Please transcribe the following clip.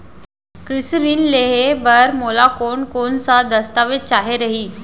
कृषि ऋण लेहे बर मोला कोन कोन स दस्तावेज चाही रही?